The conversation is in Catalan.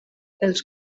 els